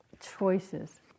choices